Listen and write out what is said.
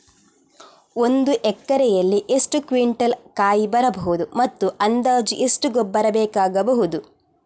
ಒಂದು ಎಕರೆಯಲ್ಲಿ ಎಷ್ಟು ಕ್ವಿಂಟಾಲ್ ಕಾಯಿ ಬರಬಹುದು ಮತ್ತು ಅಂದಾಜು ಎಷ್ಟು ಗೊಬ್ಬರ ಬೇಕಾಗಬಹುದು?